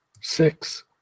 Six